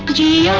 d.